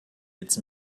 its